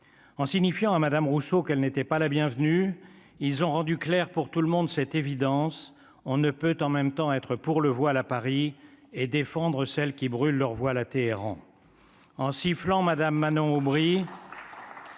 en signifiant à Madame Rousseau, qu'elle n'était pas la bienvenue, ils ont rendu clair pour tout le monde cette évidence, on ne peut en même temps être pour le voile à Paris et défendre celles qui brûlent leur voile à Téhéran en sifflant madame Manon Aubry.